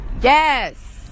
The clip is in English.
Yes